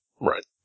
right